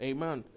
Amen